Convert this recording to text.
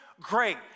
Great